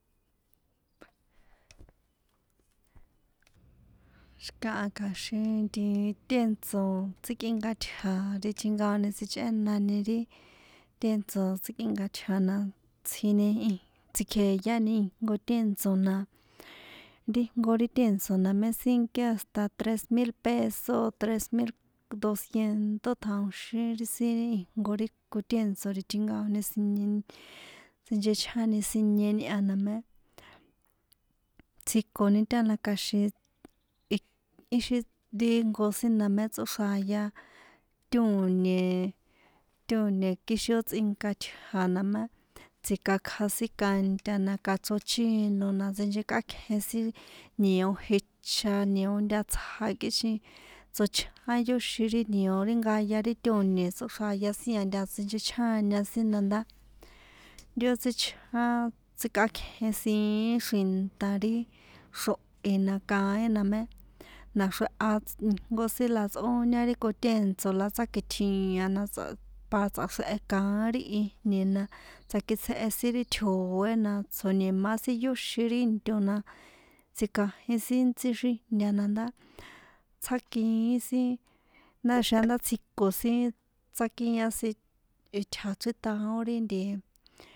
Xi̱kaha kja̱xin nti tèntso̱ tsíkꞌinka itja̱ ti tjinkaoni sichꞌénani ti tèntso̱ tsíkꞌinka itja̱ na itsjini ij tsikjeyani ijnko tèntso̱ na ri ijnko ri tèntso̱ na sínkí hasta tres mil peso tres mil doxciento tjajoxín ri sin ri ijnko ri kotèntso̱ ri tjinkaon sinieni sinchechjáni sinieni a na mé tsjikoni tala kja̱xin i ixi ri jnko sin na mé tsꞌóxraya tòñe tòñe kixin ó tsꞌinka tja̱ na má tsi̱kjakja sin kanta na kachróchino na sinchekꞌákjen sin nio jicha nio ntatsja kixin tsochján yóxin ri nio ri nkaya ri tòñe tsꞌóxraya sin a ntaha sinchechjáña sin na ndá ri ó tsíchjan tsíkꞌákjen siín xrinta ri xrohi na kaín na mé naxreha ijnko sin la tsꞌóña ri kotèntso̱ la tsákitjia̱n na tsa pa tsꞌaxrjehe kaín ri ijna̱ na tsakitsjehe sin ri tjo̱é na tsjo̱ni̱má sin yóxin ri into na tsikjanjin ntsi xíjnta na ndá tsjákiín sin ndá tsjaixan ndá tsjiko sin tsjákian sin itja̱ chrítaon ri.